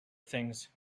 things